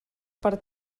per